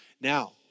Now